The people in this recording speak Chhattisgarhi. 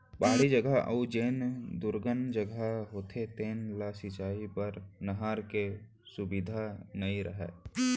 पहाड़ी जघा अउ जेन दुरगन जघा होथे तेन ह सिंचई बर नहर के सुबिधा नइ रहय